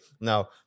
Now